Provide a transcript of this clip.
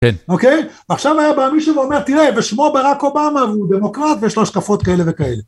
כן אוקיי עכשיו היה בא מישהו ואומר תראה ושמו ברק אובמה הוא דמוקרט ויש לו שקפות כאלה וכאלה.